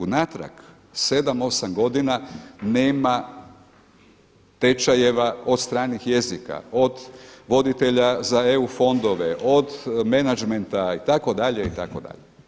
Unatrag 7, 8 godina nema tečajeva od stranih jezika, od voditelja za EU fondove, od menadžmenta itd. itd.